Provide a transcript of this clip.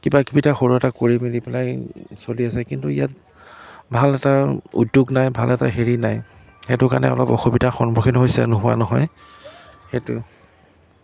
কিবা কিবি এটা সৰু এটা কৰি মেলি পেলাই চলি আছে কিন্তু ইয়াত ভাল এটা উদ্যোগ নাই ভাল এটা হেৰি নাই সেইটো কাৰণে অলপ অসুবিধাৰ সন্মুখীন হৈছে নোহোৱা নহয় সেইটো